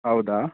ಹೌದಾ